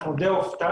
אנחנו די הופתענו.